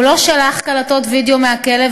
הוא לא שלח קלטות וידיאו מהכלא,